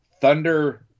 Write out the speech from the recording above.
Thunder